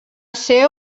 ser